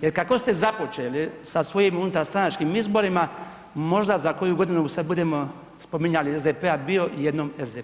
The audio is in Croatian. jer kako ste započeli sa svojim unutarstranačkim izborima možda za koju godinu se budemo spominjali SDP-a, bio jednom SDP.